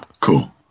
cool